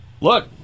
look